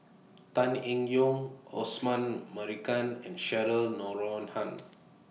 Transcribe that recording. Tan Eng Yoon Osman Merican and Cheryl Noronha